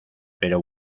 pero